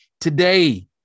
Today